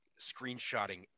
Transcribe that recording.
screenshotting